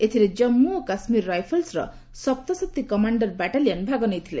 ଏଥିରେ ଜନ୍ମୁ ଓ କାଶ୍ମୀର ବାଇଫଲ୍ସର ସପ୍ତସତୀ କମାଣ୍ଡର ବାଟାଲିୟନ ଭାଗ ନେଇଥିଲେ